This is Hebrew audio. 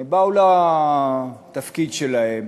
הם באו לתפקיד שלהם